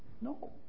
No